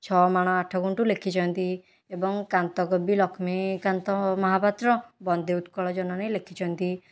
ଛଅ ମାଣ ଆଠ ଗୁଣ୍ଠ ଲେଖିଛନ୍ତି ଏବଂ କାନ୍ତ କବି ଲକ୍ଷ୍ମୀକାନ୍ତ ମହାପାତ୍ର ବନ୍ଦେ ଉତ୍କଳୀ ଜନନୀ ଲେଖିଛନ୍ତି